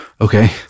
okay